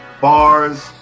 bars